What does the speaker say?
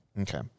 Okay